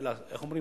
איך אומרים,